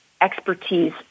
expertise